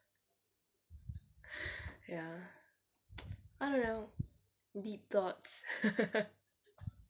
ya I don't know deep thoughts